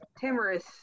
Timorous